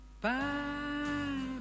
bye